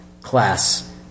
class